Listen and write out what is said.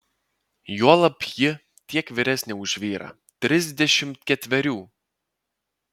juolab ji tiek vyresnė už vyrą trisdešimt ketverių